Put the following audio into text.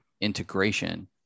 integration